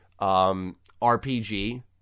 RPG